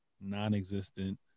non-existent